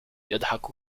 يضحك